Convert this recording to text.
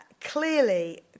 Clearly